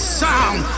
sound